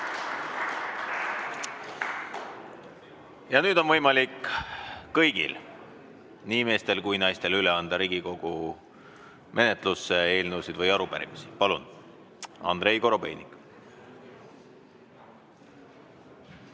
Ja nüüd on võimalik kõigil, nii meestel kui ka naistel, üle anda Riigikogu menetlusse eelnõusid või arupärimisi. Palun! Andrei Korobeinik.